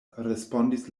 respondis